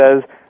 says